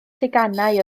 teganau